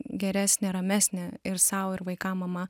geresnė ramesnė ir sau ir vaikam mama